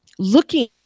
looking